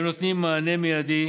נותנות מענה מיידי